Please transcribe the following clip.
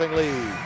lead